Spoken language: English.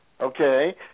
Okay